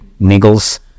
niggles